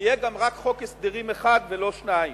יהיה גם רק חוק הסדרים אחד ולא שניים.